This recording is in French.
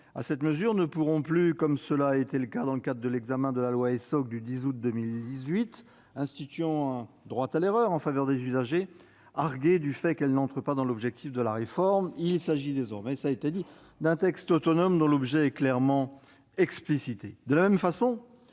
à cette mesure ne pourront plus, comme cela a été le cas dans le cadre de l'examen de la loi Essoc du 10 août 2018 instituant un droit à l'erreur en faveur des usagers, arguer du fait qu'un tel dispositif n'entre pas dans l'objet de la réforme. Il s'agit là d'un texte autonome dont l'objet est clairement explicité.